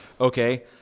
Okay